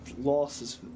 losses